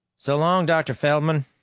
so long, dr. feldman,